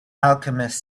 alchemist